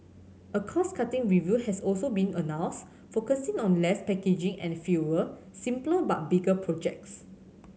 a cost cutting review has also been announced focusing on less packaging and fewer simpler but bigger projects